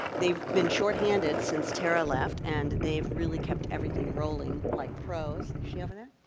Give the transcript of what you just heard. they've been short-handed since tara left and they've really kept everything rolling like pros. is she over there?